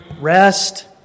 rest